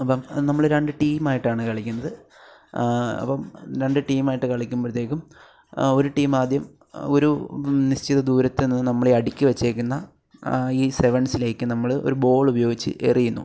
അപ്പം നമ്മൾ രണ്ട് ടീമായിട്ടാണ് കളിക്കുന്നത് അപ്പം രണ്ട് ടീം ആയിട്ട് കളിക്കുമ്പോഴത്തേക്കും ഒരു ടീം ആദ്യം ഒരു നിശ്ചിത ദൂരത്ത് നിന്ന് നമ്മൾ ഈ അടുക്കി വച്ചിരിക്കുന്ന ഈ സെവൻസിലേക്ക് നമ്മൾ ഒരു ബോൾ ഉപയോഗിച്ച് എറിയുന്നു